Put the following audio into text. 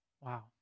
Wow